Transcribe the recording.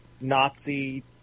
Nazi